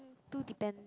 too depend